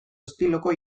estiloko